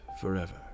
forever